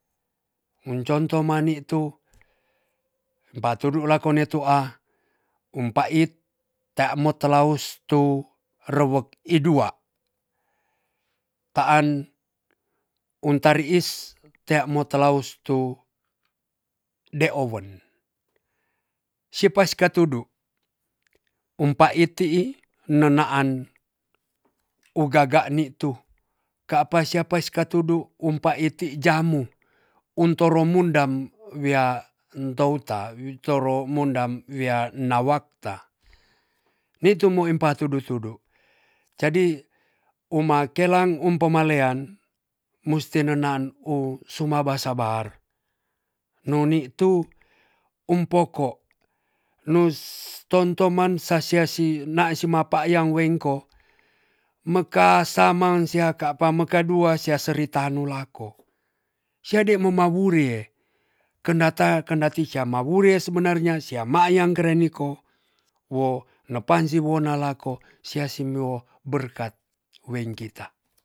Mu ncontoh mani' tu batudu lakone tu a umpa it tamo talaus tu rewek i dua taan untari is te mo tea mo talaus tu de owen sipas katudu umpai ti'i nona'an ugaga ni tu ka pa siapa katudu kumpa i'ti jamu untoromundam wea ntouta toro mundam wia nawakta nitu mo empa tudu-tudu jadi umakela umpomalean musti nenan u suma basabar noni tu umpoko nus totoman sasiasi na suma apa yang wengko mekah sama syaka pameka dua seserita nu lako sede momawuri kendata kendati syamawurw sebenarnya syamaiyang keren miko wo nepansi wona lako seasi miwo berkat weng kita